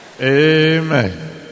Amen